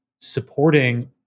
supporting